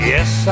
Yes